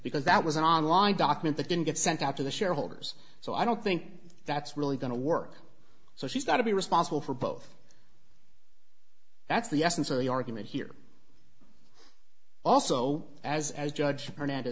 because that was an online document that didn't get sent out to the shareholders so i don't think that's really going to work so she's got to be responsible for both that's the essence of the argument here also as as judge